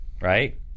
Right